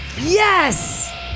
yes